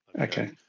Okay